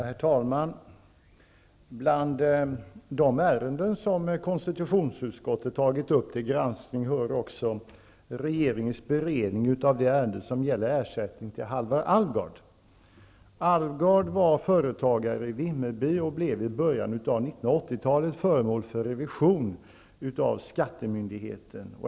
Herr talman! Bland de ärenden konstitutionsutskottet tagit upp till granskning hör också regeringens beredning av det ärende som gäller ersättning till Halvar Alvgard. Alvgard, som var företagare i Vimmerby, blev i början av 1980 talet föremål för revision av skattemyndigheten.